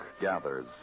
gathers